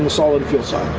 um solid fuel side.